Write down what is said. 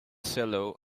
cello